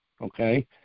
okay